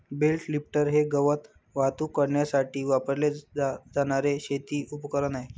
bell lifter हे गवत वाहतूक करण्यासाठी वापरले जाणारे शेती उपकरण आहे